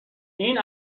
این